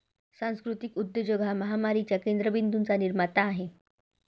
सांस्कृतिक उद्योजक हा महामारीच्या केंद्र बिंदूंचा निर्माता आहे